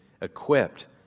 equipped